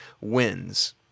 wins